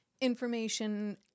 information